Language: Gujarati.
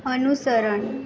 અનુસરણ